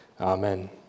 Amen